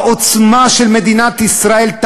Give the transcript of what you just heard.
העוצמה של מדינת ישראל,